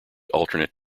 alternate